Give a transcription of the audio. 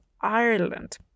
Ireland